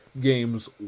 Games